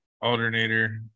alternator